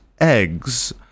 eggs